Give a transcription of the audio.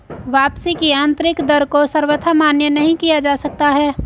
वापसी की आन्तरिक दर को सर्वथा मान्य नहीं किया जा सकता है